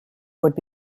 would